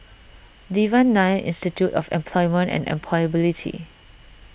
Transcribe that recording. Devan Nair Institute of Employment and Employability